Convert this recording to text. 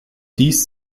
dies